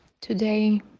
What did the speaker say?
Today